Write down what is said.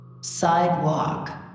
Sidewalk